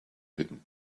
him